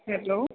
hello